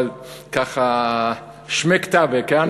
אבל ככה "שמֵק טבק",